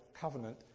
covenant